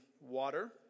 water